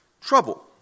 trouble